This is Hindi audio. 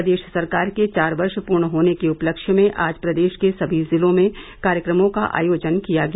प्रदेश सरकार के चार वर्ष पूर्ण होने के उपलक्ष्य में आज प्रदेश के सभी जिलों में कार्यक्रमों का आयोजन किया गया